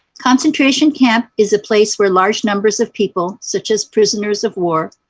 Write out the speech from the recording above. concentration camp is a place where large numbers of people, such as prisoners of war,